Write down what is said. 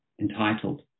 entitled